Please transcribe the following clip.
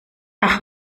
ach